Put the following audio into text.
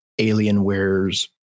Alienware's